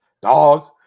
dog